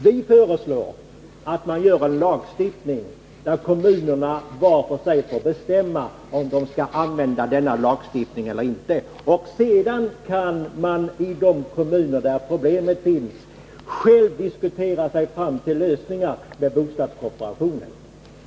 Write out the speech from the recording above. Vi föreslår en lagstiftning som ger kommunerna var för sig rätt att bestämma om de skall använda denna lagstiftning eller inte. Sedan kan man i de kommuner där problemen finns själv diskutera sig fram till lösningar med bostadskooperationen.